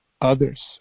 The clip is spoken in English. others